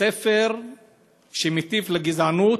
ספר שמטיף לגזענות,